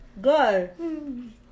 Good